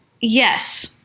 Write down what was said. Yes